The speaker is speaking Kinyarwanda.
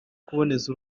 kuboneza